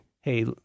hey